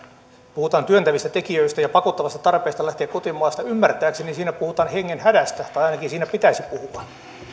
puhutaan työntävistä tekijöistä ja pakottavasta tarpeesta lähteä kotimaasta ymmärtääkseni siinä puhutaan hengenhädästä tai ainakin siinä pitäisi puhua